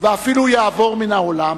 ואפילו יעבור מן העולם,